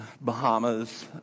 Bahamas